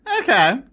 Okay